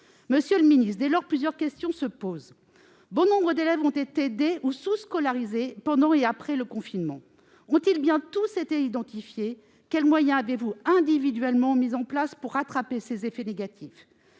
Monsieur le ministre, dès lors, plusieurs questions se posent. Bon nombre d'élèves ont été déscolarisés ou sous-scolarisés pendant et après le confinement. Ont-ils bien tous été identifiés ? Quels moyens avez-vous mis en place pour remédier individuellement à ces effets négatifs ?